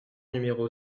numéro